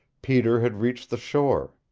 peter had reached the shore.